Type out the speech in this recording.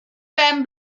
ben